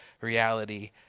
reality